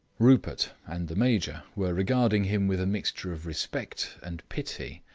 rupert and the major were regarding him with a mixture of respect and pity.